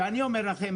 שאני אומר לכם,